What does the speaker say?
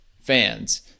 fans